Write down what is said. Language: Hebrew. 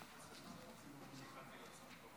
אני מסתכל על החדר